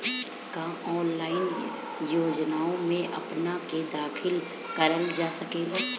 का ऑनलाइन योजनाओ में अपना के दाखिल करल जा सकेला?